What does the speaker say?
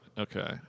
Okay